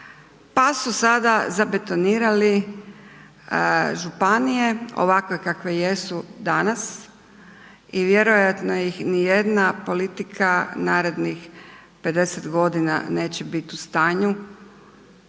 pa su sada zabetonirali županije ovakve kakve jesu danas i vjerojatno ih nijedna politika narednih 50 g. neće bit u stanju